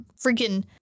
freaking